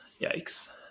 Yikes